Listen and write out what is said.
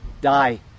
die